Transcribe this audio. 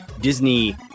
Disney